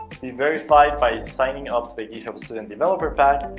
be verified by signing up to the github student developer pack,